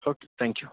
okay thank you